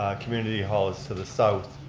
community hall is to the south.